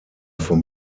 vom